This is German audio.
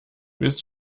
willst